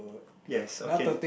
yes okay